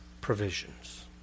provisions